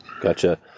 Gotcha